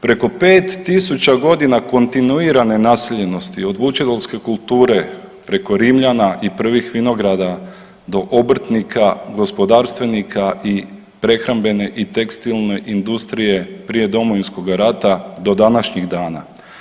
Preko 5000 godina kontinuirane naseljenosti od vučedolske kulture preko Rimljana i prvih vinograda do obrtnika, gospodarstvenika i prehrambene i tekstilne industrije prije Domovinskoga rata do današnjih dana.